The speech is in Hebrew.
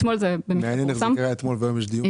מעניין איך זה קרה אתמול והיום יש דיון.